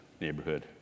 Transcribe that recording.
neighborhood